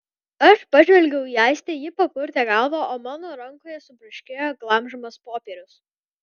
aš pažvelgiau į aistę ji papurtė galvą o mano rankoje subraškėjo glamžomas popierius